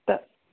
त